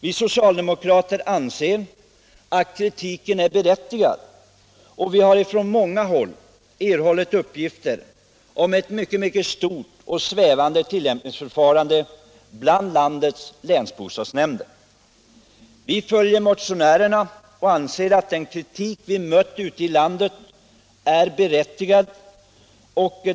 Vi socialdemokrater anser att kritiken är berättigad, och vi har från många håll erhållit uppgifter om ett mycket stort och svävande tillämpningsförfarande bland landets länsbostadsnämnder. Vi följer motionärerna och anser att den kritik vi mött ute i landet är berättigad.